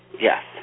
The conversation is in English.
Yes